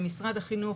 ומשרד החינוך,